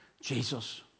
Jesus